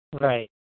Right